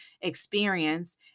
experience